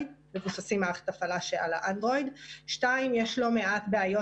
מבוססי מערכת הפעלה אנדרואיד 2. יש לא מעט בעיות,